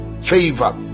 favor